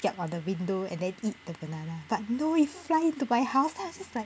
kiap on the window and then eat the banana but no it fly into my house then I was just like